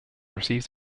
receives